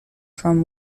from